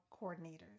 coordinators